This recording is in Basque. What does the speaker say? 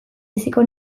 biziko